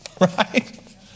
Right